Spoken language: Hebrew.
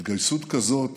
התגייסות כזאת